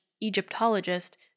Egyptologist